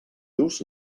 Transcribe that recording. dus